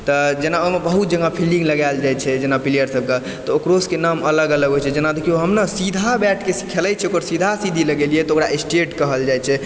तऽ जेना ओहिमे बहुत जगह फील्डिंग लगाएल जाइ छै जेना पिलियर सबके तऽ ओकरो सबके नाम अलग अलग होइ छै जेना देखियौ हम नऽ सीधा बैट के खेलै छियै ओकर सीधा सीधी लगेलियै तऽ ओरा एस्टेट कहल जाइ छै